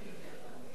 אהוד ברק,